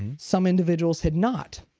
some individuals had not.